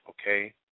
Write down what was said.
okay